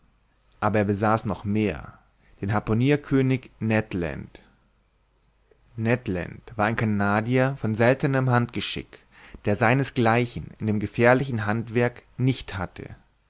aber er besaß noch mehr den harpunierkönig ned land ned land war ein canadier von seltenem handgeschick der seinesgleichen in dem gefährlichen handwerk nicht hatte